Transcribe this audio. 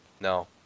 No